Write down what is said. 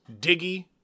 Diggy